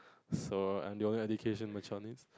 so the other education macho name